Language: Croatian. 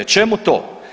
Čemu to?